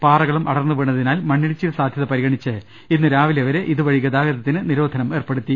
പാറകളും അടർന്നു വീണതിനാൽ മണ്ണിടിച്ചിൽ സാധ്യത പരിഗണിച്ച് ഇന്നു രാവിലെവരെ ഇതുവഴിയുള്ള ഗതാഗതത്തിന് നിരോധനമേർപ്പെടുത്തി